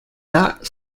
that